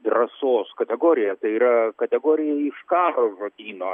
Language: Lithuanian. drąsos kategorija tai yra kategorija iš karo žodyno